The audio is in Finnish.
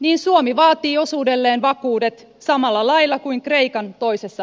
niin suomi vaatii osuudelleen vakuudet samalla lailla kuin kreikan toisessa lainaohjelmassa